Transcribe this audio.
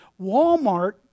Walmart